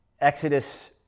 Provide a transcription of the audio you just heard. Exodus